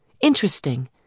interesting